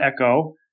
Echo